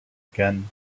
again